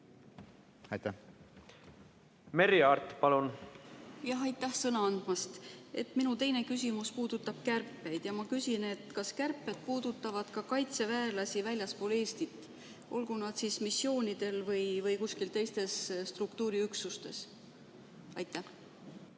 Merry Aart, palun! Aitäh sõna andmast! Minu teine küsimus puudutab kärpeid. Ma küsin, kas kärped puudutavad kaitseväelasi väljaspool Eestit, olgu nad siis missioonidel või kuskil teistes struktuuriüksustes. Aitäh